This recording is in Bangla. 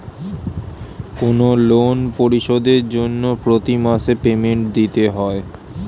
কোনো লোন পরিশোধের জন্য প্রতি মাসে পেমেন্ট দিতে হয়